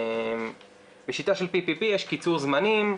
בשיטה של PPPיש קיצור זמנים,